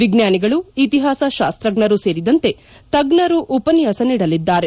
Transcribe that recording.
ವಿಜ್ಞಾನಿಗಳು ಇತಿಹಾಸ ಶಾಸ್ತ್ರಜ್ಞರು ಸೇರಿದಂತೆ ತಜ್ಞರು ಉಪನ್ನಾಸ ನೀಡಲಿದ್ದಾರೆ